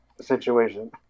situation